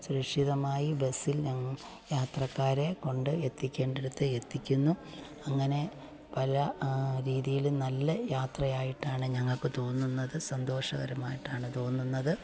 സുരക്ഷിതമായി ബസ്സിൽ യാത്രക്കാരെ കൊണ്ട് എത്തിക്കേണ്ടിടത്ത് എത്തിക്കുന്നു അങ്ങനെ പല രീതിയിലും നല്ല യാത്രയായിട്ടാണ് ഞങ്ങൾക്ക് തോന്നുന്നത് സന്തോഷകരമായിട്ടാണ് തോന്നുന്നത്